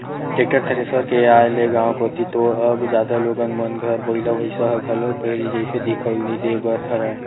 tractor, thresher के आय ले गाँव कोती तो अब जादा लोगन मन घर बइला भइसा ह घलोक पहिली जइसे दिखउल नइ देय बर धरय